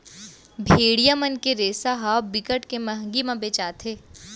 भेड़िया मन के रेसा ह बिकट के मंहगी म बेचाथे